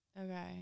Okay